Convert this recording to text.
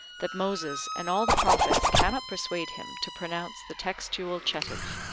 that moses and all the prophets cannot persuade him to pronounce the textual chetiv.